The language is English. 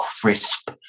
crisp